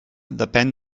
depèn